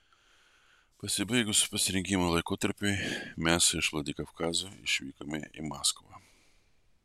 pasibaigus pasirengimo laikotarpiui mes iš vladikaukazo išvykome į maskvą